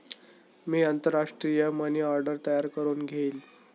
मी आंतरराष्ट्रीय money order तयार करुन घेईन